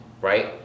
right